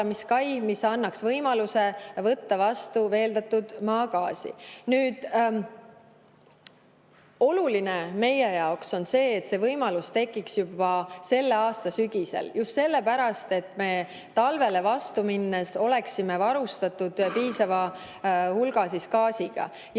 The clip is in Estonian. haalamiskai, mis annaks võimaluse võtta vastu veeldatud maagaasi. Oluline meie jaoks on see, et see võimalus tekiks juba selle aasta sügisel, just sellepärast, et oleksime talvele vastu minnes varustatud piisava hulga gaasiga.